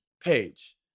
page